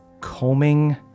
combing